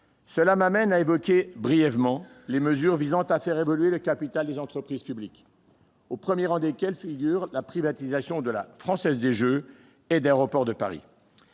Cela m'amène à évoquer brièvement les mesures visant à faire évoluer le capital des entreprises publiques, au premier rang desquelles figurent la privatisation de la Française des jeux et celle d'Aéroports de Paris.